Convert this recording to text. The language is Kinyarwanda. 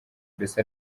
mbese